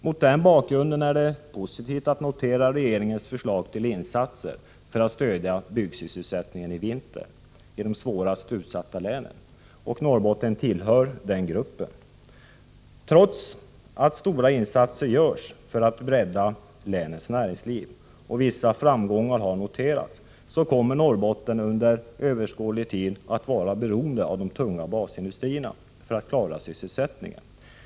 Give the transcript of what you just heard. Mot den bakgrunden är det positivt att notera regeringens förslag till insatser för att stödja byggsysselsättningen i vinter i de svårast utsatta länen, och Norrbotten tillhör den gruppen. Trots att stora insatser görs för att bredda länets näringsliv och vissa framgångar har noterats, kommer Norrbotten under överskådlig tid att vara beroende av de tunga basindustrierna för att klara sysselsättningen.